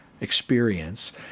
experience